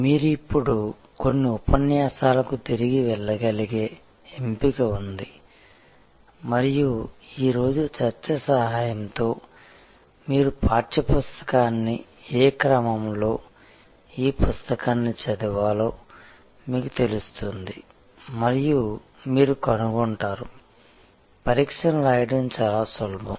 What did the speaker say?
మీరు ఇప్పుడు కొన్ని ఉపన్యాసాలకు తిరిగి వెళ్లగలిగే ఎంపిక ఉంది మరియు ఈరోజు చర్చ సహాయంతో మీరు పాఠ్యపుస్తకాన్ని ఏ క్రమంలో ఈ పుస్తకాన్ని చదవాలో మీకు తెలుస్తుంది మరియు మీరు కనుగొంటారు పరీక్షను రాయడం చాలా సులభం